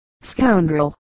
scoundrel